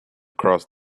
cross